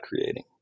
creating